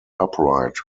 upright